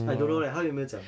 I don't know leh 他有没有讲